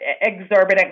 exorbitant